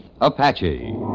Apache